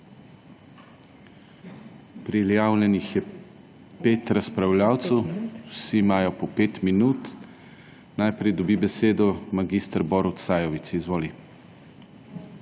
Prijavljenih je 5 razpravljavcev. Vsi imajo po 5 minut. Najprej dobi besedo mag. Borut Sajovic. Izvoli.